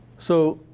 so.